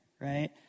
right